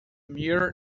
mere